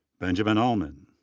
benjamin allman.